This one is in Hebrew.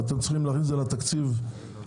ואתם צריכים להכניס את זה לתקציב הקיים,